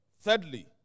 Thirdly